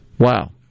Wow